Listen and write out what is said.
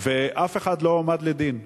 ואף אחד לא הועמד לדין.